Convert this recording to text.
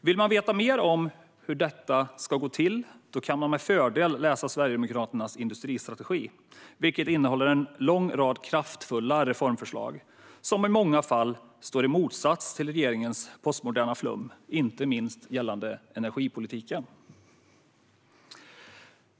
Vill man veta mer om hur detta ska gå till kan man med fördel läsa Sverigedemokraternas industristrategi, som innehåller en lång rad kraftfulla reformförslag som i många fall står i motsats till regeringens postmoderna flum, inte minst gällande energipolitiken.